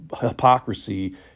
hypocrisy